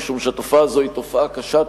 משום שהתופעה הזו היא תופעה קשה,